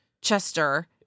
Chester